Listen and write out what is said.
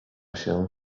się